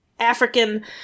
african